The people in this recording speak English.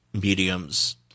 mediums